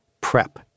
prep